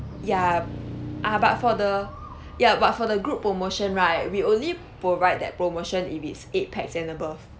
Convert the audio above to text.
ya uh but for the ya but for the group promotion right we only provide that promotion if its eight pax and above